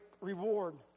reward